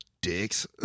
dicks